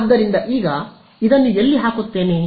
ಆದ್ದರಿಂದ ಈಗ ನಾನು ಇದನ್ನು ಎಲ್ಲಿ ಹಾಕುತ್ತೇನೆ